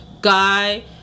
Guy